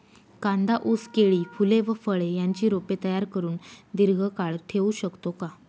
कांदा, ऊस, केळी, फूले व फळे यांची रोपे तयार करुन दिर्घकाळ ठेवू शकतो का?